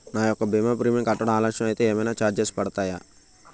నా యెక్క భీమా ప్రీమియం కట్టడం ఆలస్యం అయితే ఏమైనా చార్జెస్ పడతాయా?